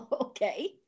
Okay